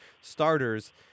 starters